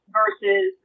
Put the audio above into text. versus